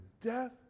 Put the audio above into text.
death